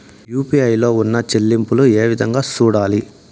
UPI లో ఉన్న చెల్లింపులు ఏ విధంగా సూడాలి